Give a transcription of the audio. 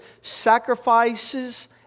sacrifices